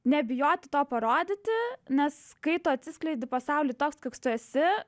nebijoti to parodyti nes kai tu atsiskleidi pasauly toks koks tu esi